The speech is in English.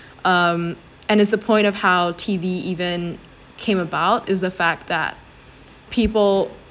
um and it's the point of how T_V even came about it's the fact that people